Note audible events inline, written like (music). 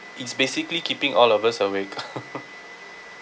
it's basically keeping all of us awake (laughs)